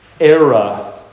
Era